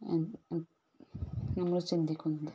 നമ്മൾ ചിന്തിക്കുന്നത്